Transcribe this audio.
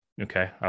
okay